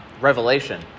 Revelation